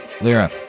Lyra